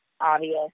obvious